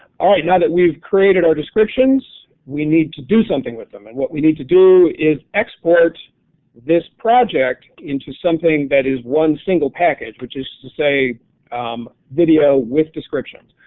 ah now that we've created our descriptions, we need to do something with them, and what we need to do is export this project in something that is one single package which is to say video with descriptions.